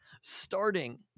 starting